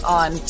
on